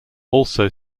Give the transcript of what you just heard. also